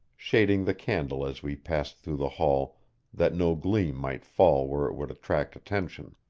shading the candle as we passed through the hall that no gleam might fall where it would attract attention.